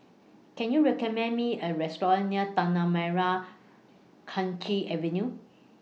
Can YOU recommend Me A Restaurant near Tanah Merah Kechil Avenue